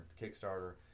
Kickstarter